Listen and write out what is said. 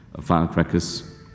firecrackers